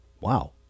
Wow